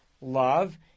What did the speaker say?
love